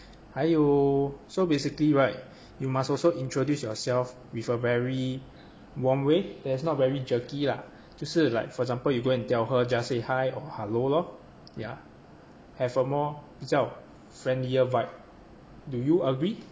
还有 so basically right you must also introduce yourself with a very warm way that is not very jerky lah 就是 like for example you go and tell her just say hi or hello lor ya have a more 比较 friendlier vibe do you agree